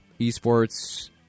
Esports